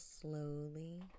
slowly